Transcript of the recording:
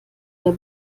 der